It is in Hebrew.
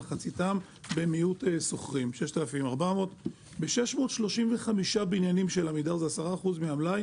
מחציתם במיעוט שוכרים 6,400. ב-635 בניינים של עמידר שהם 10% מהמלאי